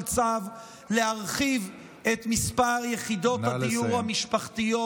צו להרחיב את מספר יחידות הדיור המשפחתיות.